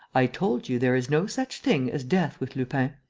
i told you, there is no such thing as death with lupin.